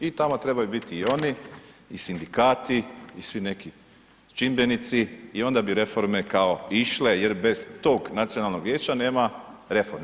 I tamo trebaju biti i oni i sindikati i svi neki čimbenici i onda bi reforme kao išle jer bez tog nacionalnog vijeća nema reformi.